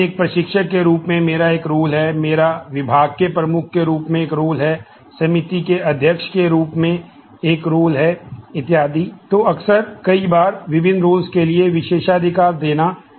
SQL के लिए विशेषाधिकार देना आसान हो जाता है